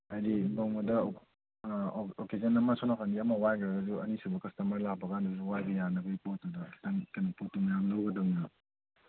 ꯍꯥꯏꯕꯗꯤ ꯅꯣꯡꯃꯗ ꯑꯣꯀꯦꯖꯟ ꯑꯃ ꯁꯣꯝꯅꯥꯀꯟꯒꯤ ꯑꯃ ꯋꯥꯏꯈ꯭ꯔꯒꯁꯨ ꯑꯅꯤꯁꯨꯕ ꯀꯁꯇꯃꯔ ꯂꯥꯛꯄ ꯀꯥꯟꯗꯁꯨ ꯋꯥꯏꯕ ꯌꯥꯅꯕꯒꯤ ꯄꯣꯠꯇꯨꯗ ꯈꯖꯤꯛꯇꯪ ꯀꯩꯅꯣ ꯄꯣꯠꯇꯣ ꯃꯌꯥꯝ ꯂꯧꯒꯗꯕꯅꯦꯕ